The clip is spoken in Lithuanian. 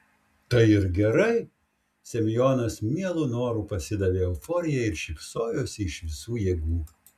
tai ir gerai semionas mielu noru pasidavė euforijai ir šypsojosi iš visų jėgų